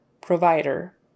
provider